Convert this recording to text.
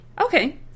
okay